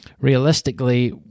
realistically